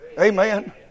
Amen